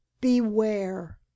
BEWARE